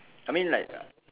I mean like uh